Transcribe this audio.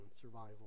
survival